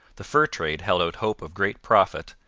the fur trade held out hope of great profit,